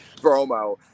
promo